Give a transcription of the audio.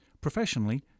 Professionally